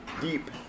deep